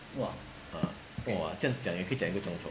!wah! 这样讲也可以讲一个钟头